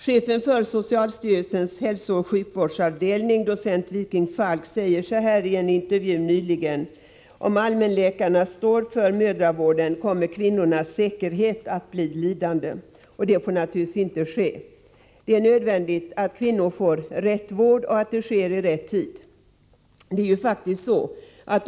Chefen för socialstyrelsens hälsooch sjukvårdsavdelning, docent Viking Falk, sade nyligen i en intervju: Om allmänläkarna står för mödravården kommer kvinnornas säkerhet att bli lidande. Detta får naturligtvis inte ske. Det är nödvändigt att kvinnor får rätt vård och att vården sätts in i rätt tid.